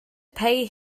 pay